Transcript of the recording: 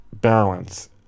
balance